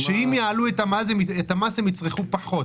האחריות שלנו כמשרד הבריאות היא להקטין את נזקי הסוכר ותחליפיו.